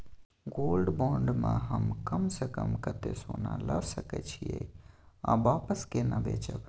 Gold bond म हम कम स कम कत्ते सोना ल सके छिए आ वापस केना बेचब?